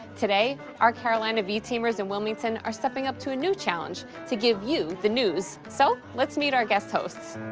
today, our carolina v teamers in wilmington are stepping up to a new challenge, to give you the news, so let's meet our guest hosts!